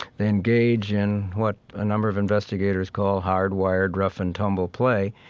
they engage in what a number of investigators call hardwired rough-and-tumble play.